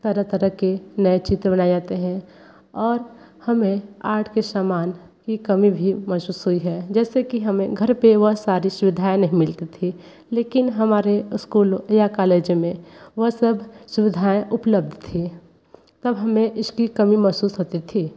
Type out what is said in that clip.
तरह तरह के नए चित्र बनाए जाते हैं और हमें आर्ट के सामान की कमी भी महसूस हुई है जैसे कि हमें घर पर वह सारी सुविधाएँ नहीं मिलती थी लेकिन हमारे स्कूलों या कालेजों में वह सब सुविधाएँ उपलब्ध थी तब हमें इसकी कमी महसूस होती थी